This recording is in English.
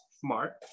smart